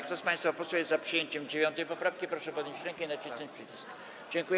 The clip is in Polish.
Kto z państwa posłów jest za przyjęciem 9. poprawki, proszę podnieść rękę i nacisnąć przycisk.